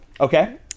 Okay